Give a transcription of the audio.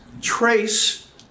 trace